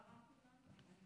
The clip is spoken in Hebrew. אפשר עכשיו.